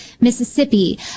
Mississippi